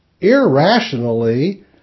Irrationally